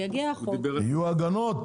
יגיע החוק --- יהיו הגנות.